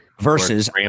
Versus